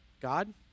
God